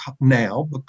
now